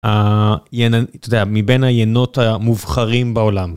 מבין היינות המובחרים בעולם.